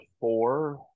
four